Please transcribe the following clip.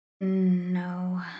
No